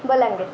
Balangir